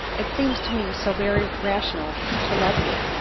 it seems to me so very rational to love you,